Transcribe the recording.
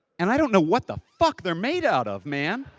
and i don't know what the fuck they're made out of, man!